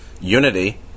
unity